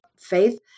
faith